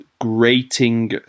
grating